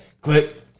Click